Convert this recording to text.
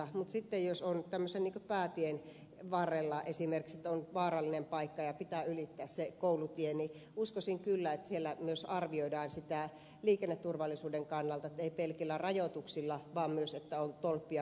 mutta sitten jos tämmöisen esimerkiksi päätien varrella on vaarallinen paikka ja pitää ylittää koulutie uskoisin kyllä että siellä myös arvioidaan sitä liikenneturvallisuuden kannalta ei pelkillä rajoituksilla vaan myös että on tolppia